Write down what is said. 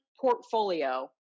portfolio